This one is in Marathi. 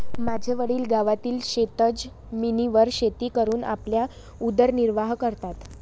माझे वडील गावातील शेतजमिनीवर शेती करून आपला उदरनिर्वाह करतात